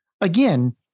again